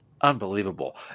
Unbelievable